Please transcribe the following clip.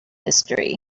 history